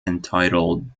entitled